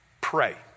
Pray